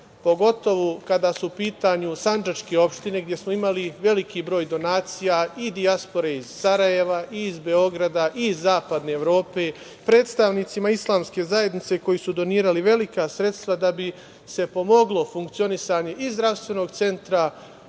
pogotovo kada su u pitanju sandžačke opštine gde smo imali veliki broj donacija dijaspore iz Sarajeva i iz Beograda i iz zapadne Evrope, predstavnicima islamske zajednice koji su donirali velika sredstva da bi se pomoglo funkcionisanje i Zdravstvenog centra